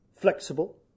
Flexible